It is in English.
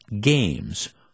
games